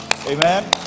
Amen